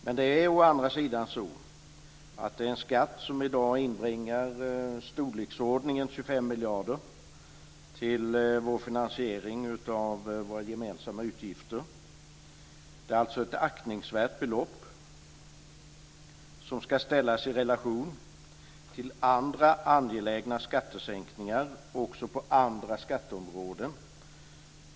Men fastighetsskatten är en skatt som i dag inbringar i storleksordningen 25 miljarder till finansiering av våra gemensamma utgifter. Det är alltså ett aktningsvärt belopp som ska ställas i relation till andra angelägna skattesänkningar, också på andra skatteområden.